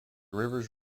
rivers